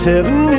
Seven